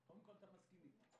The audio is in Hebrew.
קודם כול אתה מסכים איתי.